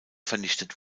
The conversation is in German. vernichtet